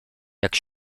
jak